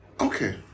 Okay